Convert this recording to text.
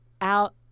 out